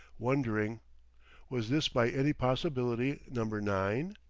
wondering was this by any possibility number nine?